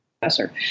professor